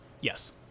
Yes